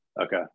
Okay